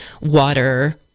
water